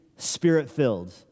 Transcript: Spirit-filled